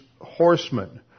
horsemen